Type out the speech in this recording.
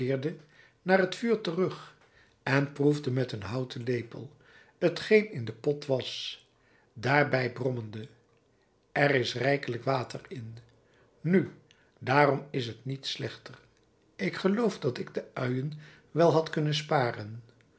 naar het vuur terug en proefde met een houten lepel t geen in den pot was daarbij brommende er is rijkelijk water in nu daarom is t niet slechter ik geloof dat ik de uien wel had kunnen sparen